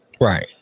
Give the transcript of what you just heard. Right